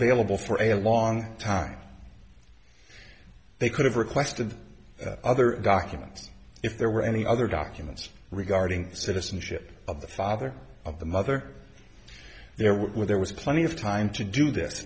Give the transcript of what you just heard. available for a long time they could have requested the other documents if there were any other documents regarding citizenship of the father of the mother there were there was plenty of time to do this